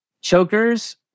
Chokers